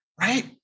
right